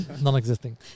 Non-existing